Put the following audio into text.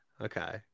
okay